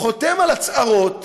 חותם על הצהרות